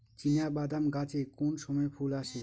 চিনাবাদাম গাছে কোন সময়ে ফুল আসে?